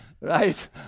right